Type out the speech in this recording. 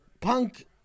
Punk